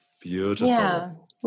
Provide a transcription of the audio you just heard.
Beautiful